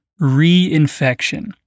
reinfection